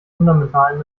fundamentalen